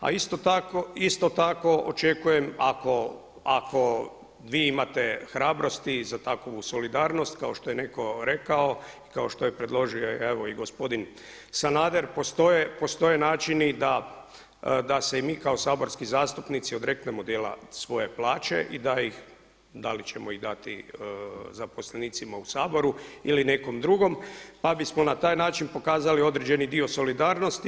A isto tako očekujem ako vi imate hrabrosti za takovu solidarnost kao što je netko rekao, kao što je predložio i gospodin Sanader, postoje načini da se i mi kao saborski zastupnici odreknemo dijela svoje plaće i da ih, da li ćemo ih dati zaposlenicima u Saboru ili nekom drugom pa bismo na taj način pokazali određeni dio solidarnosti.